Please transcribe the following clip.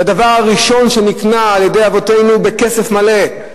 זה הדבר הראשון שנקנה על-ידי אבותינו בכסף מלא.